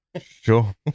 Sure